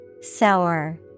Sour